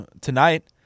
tonight